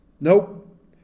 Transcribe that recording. Nope